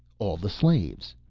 all the slaves.